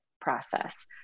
process